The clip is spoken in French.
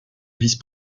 vice